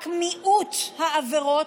רק מיעוט העבירות,